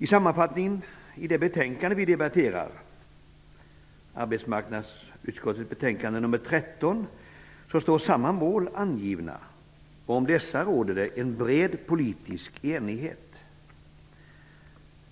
I sammanfattningen i det betänkande, AU13, som vi debatterar står samma mål angivna. Om dessa råder det en bred politisk enighet.